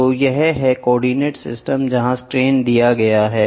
तो यह है कोऑर्डिनेट सिस्टम जहां सट्रेन दिए गए हैं